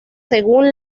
según